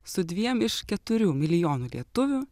su dviem iš keturių milijonų lietuvių